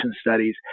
studies